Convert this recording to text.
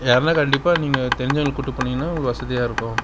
யாருன்னால் கண்டிப்பாக நீங்கள் தெரிஞ்சவங்கள கூட்டு போனீங்னால் உங்களுக்கு வசதியாக இருக்கும்